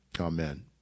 amen